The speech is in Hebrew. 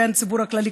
הציבור הכללי,